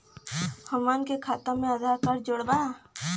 हमन के खाता मे आधार कार्ड जोड़ब?